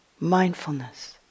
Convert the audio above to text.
Mindfulness